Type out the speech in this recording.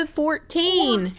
fourteen